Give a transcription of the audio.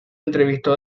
entrevistó